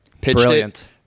Brilliant